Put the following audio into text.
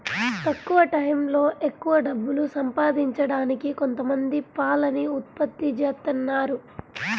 తక్కువ టైయ్యంలో ఎక్కవ డబ్బులు సంపాదించడానికి కొంతమంది పాలని ఉత్పత్తి జేత్తన్నారు